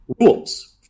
rules